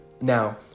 Now